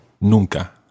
Nunca